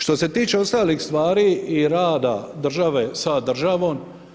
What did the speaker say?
Što se tiče ostalih stvari i rada države sa državom.